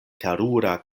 terura